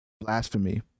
blasphemy